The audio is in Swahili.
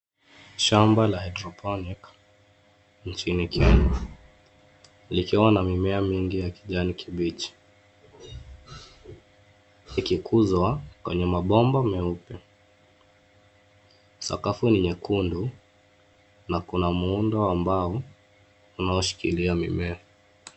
Shamba la hydroponic nchini Kenya likiwa na mimea mingi ya kijani kibichi ikikuzwa kwenye mabomba meupe. Sakafu ni nyekundu na kuna muundo wa mbao unaoshikilia mimea.